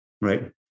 right